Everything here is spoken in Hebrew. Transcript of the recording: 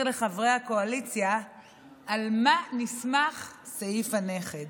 לחברי הקואליציה על מה נסמך סעיף הנכד